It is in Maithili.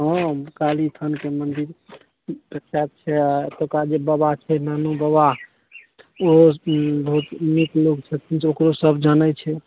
हँ काली थान के मंदिर प्रचार छै आ एतुका जे बाबा छै नानू बाबा ओहो बहुत नीक लोग छथिन से ओकरो सब जानै छै